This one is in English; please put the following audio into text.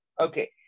Okay